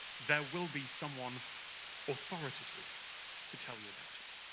there will be someone authoritative to tell you about it.